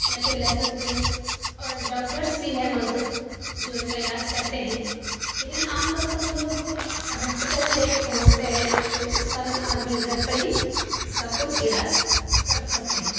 یا پھرلہسن تیل اور ڈاکٹرس بھی ہیں موجود جو ان کا علاج کرتے ہیں لیکن عام طور پر لوگ ہاسپٹل لیٹ پہنچتے ہیں تو اس کارن آدمی گھر پر ہی اس کا کچھ علاج کر سکتے ہیں